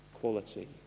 quality